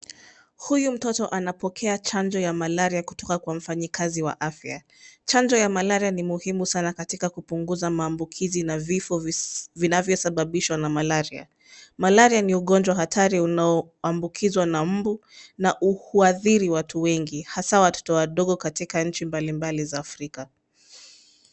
Huyu mtoto anapokea chanjo ya malaria kutoka kwa mfanyakazi wa afya. Chanjo ya malaria ni muhimu sana katika kupunguza maambukizi na vifo vinavyosababishwa na malaria. Malaria ni ugonjwa hatari unaoambukizwa na mbu na huathiri watu wengi, hasa watoto wadogo katika nchi mbalimbali za Afrika.